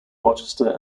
rochester